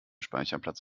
speicherplatz